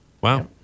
Wow